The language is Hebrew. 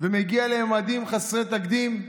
ומגיע לממדים חסרי תקדים.